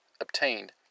obtained